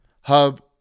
hub